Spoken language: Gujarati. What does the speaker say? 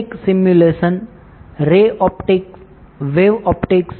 optic simulations ray optics wave optics